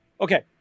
Okay